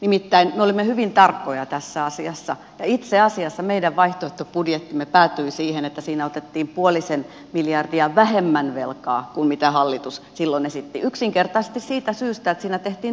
nimittäin me olimme hyvin tarkkoja tässä asiassa ja itse asiassa meidän vaihtoehtobudjettimme päätyi siihen että siinä otettiin puolisen miljardia vähemmän velkaa kuin mitä hallitus silloin esitti yksinkertaisesti siitä syystä että siinä tehtiin toisenlaisia arvovalintoja